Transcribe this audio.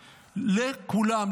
לכולם,